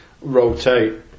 rotate